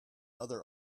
other